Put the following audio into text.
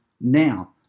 now